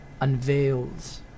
unveils